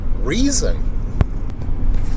reason